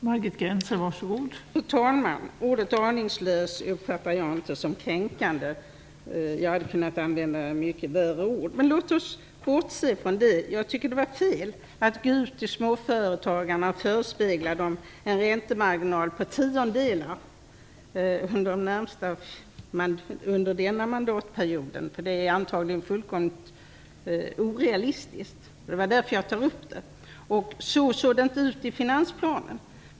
Fru talman! Ordet aningslös uppfattar jag inte som kränkande. Jag hade kunnat använda mycket värre ord. Bortsett från det vill jag säga att jag tycker att det var fel att gå ut till småföretagarna och förespegla dem en räntemarginal på tiondelar under denna mandatperiod. Det är antagligen fullkomligt orealistiskt, och det är därför som jag tagit upp den saken. Vidare såg det inte ut så i finansplanen.